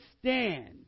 stand